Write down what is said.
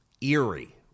eerie